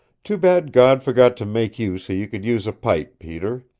too bad god forgot to make you so you could use a pipe, peter.